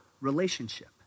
relationship